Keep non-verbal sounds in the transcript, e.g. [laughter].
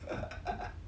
[laughs]